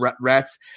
rats